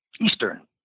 Eastern